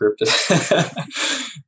scripted